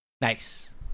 Nice